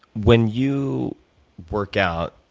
when you work out,